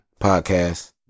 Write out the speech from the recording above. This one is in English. Podcast